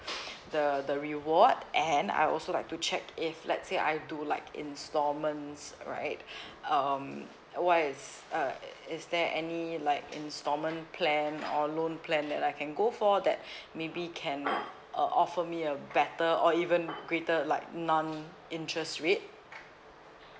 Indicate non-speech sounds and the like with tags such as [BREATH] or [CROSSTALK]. the the reward and I also like to check if let's say I do like installments right um what is uh is there any like installment plan or loan plan that I can go for that [BREATH] maybe can uh offer me a better or even greater like non interest rate